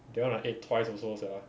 that [one] I ate twice also sia